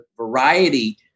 variety